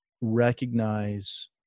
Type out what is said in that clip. recognize